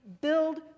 build